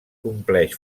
compleix